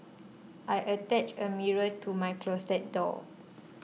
I attached a mirror to my closet door